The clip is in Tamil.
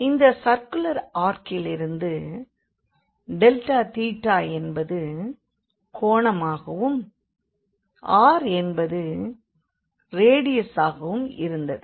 அந்த சர்குலர் ஆர்க்கிலிருந்து டெல்டா தீட்டா என்பது கோணமாகவும் r என்பது ரேடியஸ் ஆகவும் இருந்தது